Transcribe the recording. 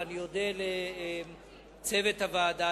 ואני אודה לצוות הוועדה,